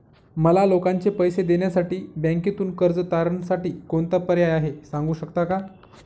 मला लोकांचे पैसे देण्यासाठी बँकेतून कर्ज तारणसाठी कोणता पर्याय आहे? सांगू शकता का?